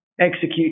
execute